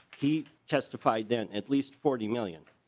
he testified that at least forty million.